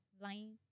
line